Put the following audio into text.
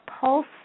pulse